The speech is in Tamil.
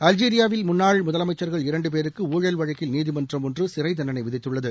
அல்ஜீரியாவில் முன்னாள் முதலமைச்சர்கள் இரண்டு பேருக்கு ஊழல் வழக்கில் நீதிமன்றம் ஒன்று சிறைத்தண்டனை விதித்துள்ளது